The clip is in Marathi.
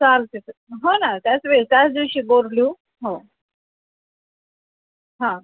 चालतेचं आहे हो ना त्याचवेळी त्याच दिवशी बोर्ड लिहू हो हां